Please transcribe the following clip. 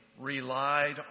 relied